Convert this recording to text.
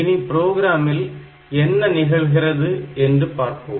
இனி ப்ரோக்ராமில் என்ன நிகழ்கிறது என்று பார்ப்போம்